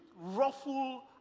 ruffle